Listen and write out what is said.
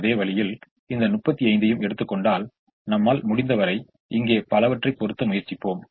அதே வழியில் இந்த 35 ஐ எடுத்துக் கொண்டால் நம்மால் முடிந்தவரை இங்கே பலவற்றை பொறுத்த முயற்சிப்போம்